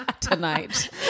tonight